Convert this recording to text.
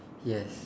yes